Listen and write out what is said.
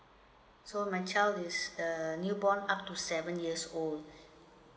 so my child is the new born up to seven years old